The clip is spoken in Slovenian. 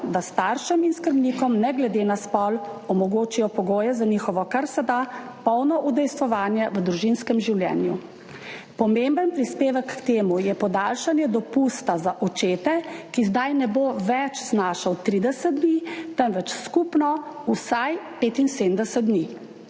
da staršem in skrbnikom ne glede na spol omogočijo pogoje za njihovo kar se da polno udejstvovanje v družinskem življenju. Pomemben prispevek k temu je podaljšanje dopusta za očete, ki zdaj ne bo več znašal 30 dni, temveč skupno vsaj 75 dni.